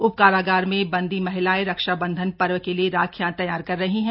उप कारागार में बन्दी महिलाएं रक्षाबंधन पर्व के लिए राखियां तैयार कर रही है